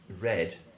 red